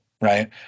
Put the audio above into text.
Right